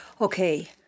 Okay